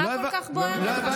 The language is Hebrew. מה כל כך בוער לך?